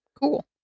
cool